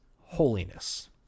holiness